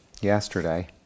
yesterday